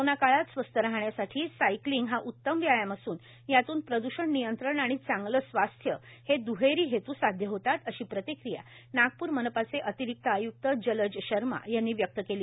corona काळात स्वस्थ राहण्यासाठी सायकलींग हा उत्तम व्यायाम असून यातून प्रद्षण नियंत्रण आणि चांगले स्वास्थ्य हे दुहेरी हेतू साध्य होतात अशी प्रतिक्रीया नागपुर मनपाचे अतिरिक्त आयुक्त जलज शर्मा यांनी व्यक्त केली